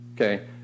Okay